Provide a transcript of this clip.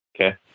Okay